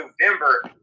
november